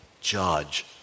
judge